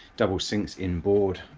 double sinks inboard,